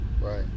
Right